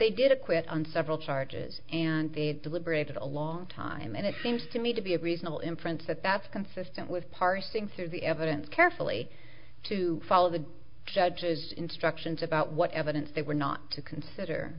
they did acquit on several charges and the deliberated a long time and it seems to me to be a reasonable inference that that's consistent with parsing through the evidence carefully to follow the judge's instructions about what evidence they were not to consider